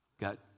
got